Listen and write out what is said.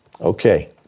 Okay